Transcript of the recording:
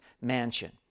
mansion